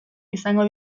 izango